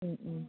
മ് മ്